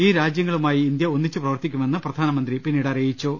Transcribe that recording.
ഈ രാജ്യങ്ങളു മായി ഇന്ത്യ ഒന്നിച്ച് പ്രവർത്തിക്കുമെന്ന് പ്രധാനമന്ത്രി പിന്നീട് അറിയിച്ചു